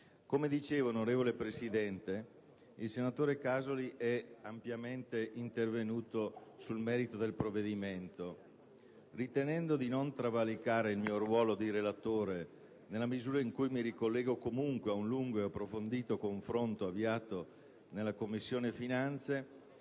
Come dicevo, onorevole Presidente, il senatore Casoli è ampiamente intervenuto sul merito del provvedimento. Ritenendo di non travalicare il mio ruolo di relatore nella misura in cui mi ricollego comunque ad un lungo e approfondito confronto avviato nella Commissione finanze,